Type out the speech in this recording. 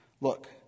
Look